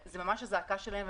זה ממש הזעקה שלהם,